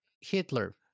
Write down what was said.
Hitler